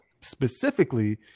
specifically